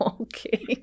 okay